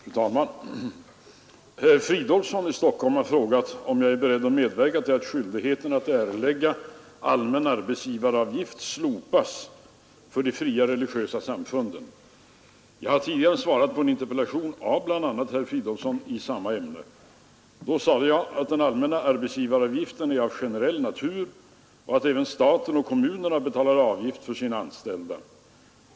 Fru talman! Herr Fridolfsson i Stockholm har frågat mig, om jag är beredd att medverka till att skyldigheten att erlägga allmän arbetsgivar avgift slopas för de fria religiösa samfunden. Jag har tidigare svarat på en interpellation av bland andra herr Fridolfsson i samma ämne. Då sade jag att den allmänna arbetsgivaravgiften är av generell natur och att även staten och kommunerna betalar avgift för sina anställda.